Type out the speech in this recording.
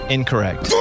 Incorrect